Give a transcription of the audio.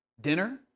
dinner